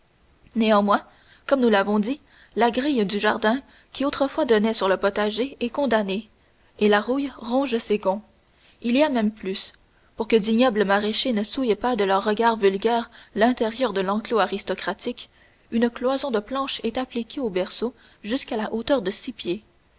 néanmoins comme nous l'avons dit la grille du jardin qui autrefois donnait sur le potager est condamnée et la rouille ronge ses gonds il y a même plus pour que d'ignobles maraîchers ne souillent pas de leurs regards vulgaires l'intérieur de l'enclos aristocratique une cloison de planches est appliquée aux barreaux jusqu'à la hauteur de six pieds